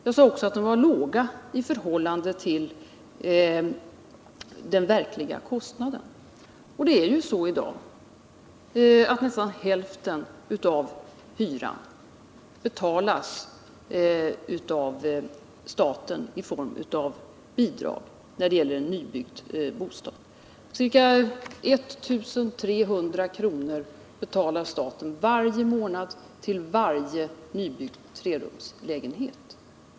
Jag sade också att hyrorna var låga i förhållande till den verkliga kostnaden. Det är nämligen så i dag att nästan hälften av hyran när det gäller en nybyggd bostad betalas av staten i form av bidrag. Ca 1 300 kr. betalar staten varje månad för varje nybyggd trerumslägenhet.